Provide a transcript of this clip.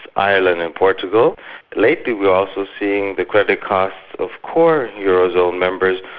ireland and portugal lately we're also seeing the credit costs of core euro zone members,